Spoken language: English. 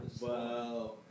Wow